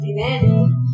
Amen